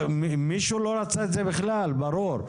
מישהו לא רצה את זה בכל, ברור.